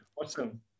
awesome